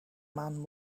man